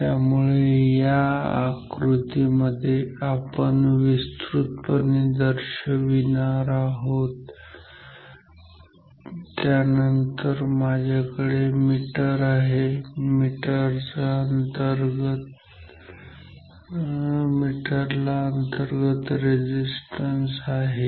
त्यामुळे या आकृती मध्ये आपण विस्तृतपणे दर्शविणार आहोत आणि त्यानंतर माझ्याकडे मीटर आहे मीटर अंतर्गत रेझिस्टन्स आहे